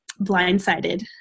blindsided